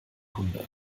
hunde